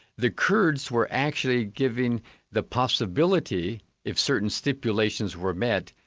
the kurds were actually giving the possibility if certain stipulations were met,